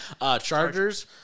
Chargers